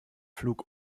flug